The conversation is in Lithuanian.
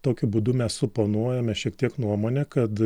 tokiu būdu mes suponuojame šiek tiek nuomonę kad